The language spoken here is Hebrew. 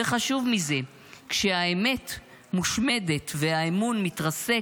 וחשוב מזה: כשהאמת מושמדת והאמון מתרסק,